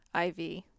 IV